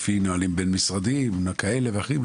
נהלים בין משרדיים כאלה ואחרים,